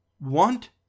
want